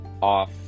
off